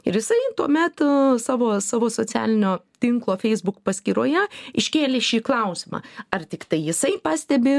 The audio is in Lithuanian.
ir jisai tuomet savo savo socialinio tinklo facebook paskyroje iškėlė šį klausimą ar tiktai jisai pastebi